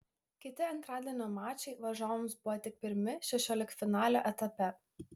kiti antradienio mačai varžovams buvo tik pirmi šešioliktfinalio etape